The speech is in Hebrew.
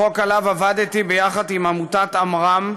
זה חוק שעליו עבדתי יחד עם עמותת עמרם,